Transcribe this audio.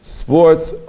sports